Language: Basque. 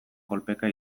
kolpeka